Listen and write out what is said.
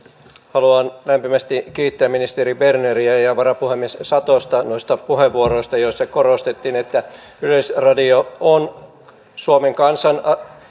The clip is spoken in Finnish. haluan lämpimästi kiittää ministeri berneriä ja ja varapuhemies satosta noista puheenvuoroista joissa korostettiin että yleisradio on suomen kansan